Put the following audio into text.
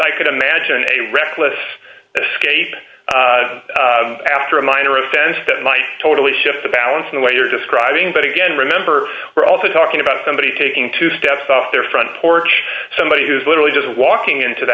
i could imagine a reckless escape after a minor sense that might totally shift the balance in the way you're describing but again remember we're also talking about somebody taking two steps off their front porch somebody who is literally just walking into the